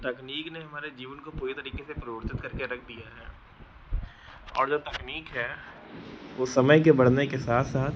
तकनीक ने हमारे जीवन को पूरे तरीके से परिवर्तित करके रख दिया है और जब तकनीक है वह समय के बढ़ने के साथ साथ